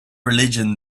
religion